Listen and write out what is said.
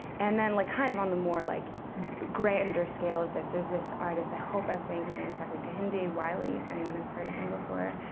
and then like kind of on the more like grander scale of this, there's this artist i hope i'm saying his name correctly kehinde wiley, if anyone has heard of him before.